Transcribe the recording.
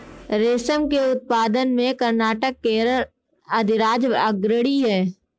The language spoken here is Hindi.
रेशम के उत्पादन में कर्नाटक केरल अधिराज्य अग्रणी है